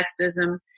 sexism